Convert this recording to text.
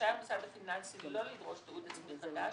רשאי המוסד הפיננסי לא לדרוש תיעוד עצמי חדש,